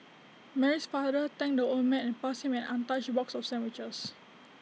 Mary's father thanked the old man and passed him an untouched box of sandwiches